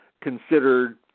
considered